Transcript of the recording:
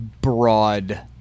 broad